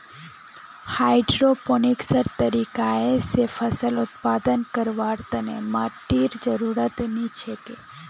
हाइड्रोपोनिक्सेर तरीका स फसल उत्पादन करवार तने माटीर जरुरत नी हछेक